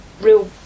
real